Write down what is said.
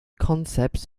concept